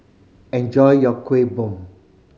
enjoy your Kueh Bom